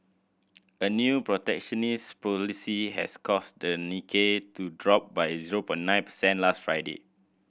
a new protectionist policy has caused the Nikkei to drop by zero nine percent last Friday